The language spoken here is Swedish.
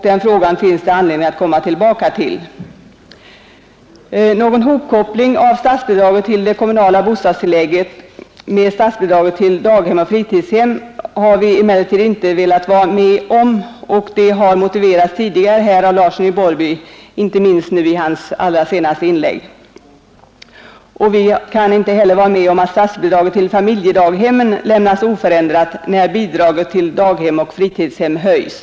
Den frågan finns det anledning att komma tillbaka till. Någon hopkoppling av statsbidraget till det kommunala bostadstillägget med statsbidraget till daghem och fritidshem har vi emellertid inte velat vara med om. Detta har motiverats av herr Larsson i Borrby, inte minst i hans senaste inlägg. Inte heller kan vi gå med på att statsbidraget till familjedaghemmen lämnas oförändrat när bidraget till daghem och fritidshem höjs.